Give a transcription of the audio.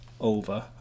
over